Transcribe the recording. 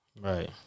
Right